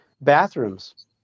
bathrooms